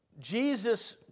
Jesus